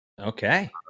Okay